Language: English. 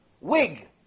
Wig